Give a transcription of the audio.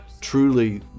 truly